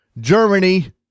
Germany